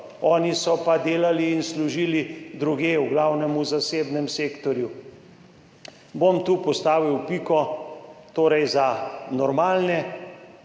oni so pa delali in služili drugje, v glavnem v zasebnem sektorju. Bom tu postavil piko. Torej, za normalne